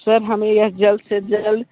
sir हमें यह जल्द से जल्द